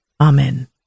Amen